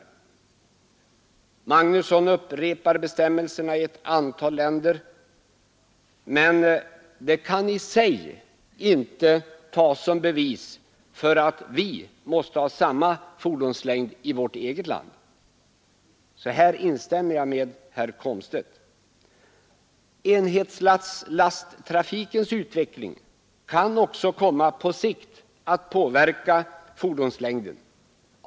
Herr Magnusson upprepade bestämmelserna i ett antal länder, men det kan i sig inte tas som bevis för att vi måste ha samma fordonslängd i vårt eget land. Här instämmer jag med herr Komstedt. Enhetslasttrafikens utveckling kan också på sikt komma att påverka fordonslängden.